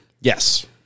Yes